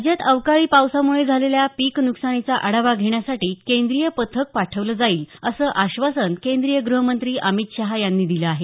राज्यात अवकाळी पावसामुळे झालेल्या पीकन्कसानीचा आढावा घेण्यासाठी केंद्रीय पथक पाठवलं जाईल असं आश्वासन केंद्रीय गृहमंत्री अमित शाह यांनी दिलं आहे